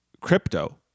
crypto